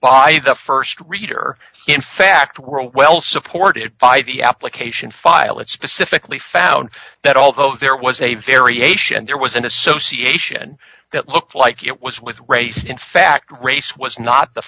by the st reader in fact were well supported by the application file it specifically found that although there was a variation there was an association that looked like it was with race in fact race was not the